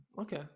Okay